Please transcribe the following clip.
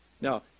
Now